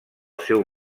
seu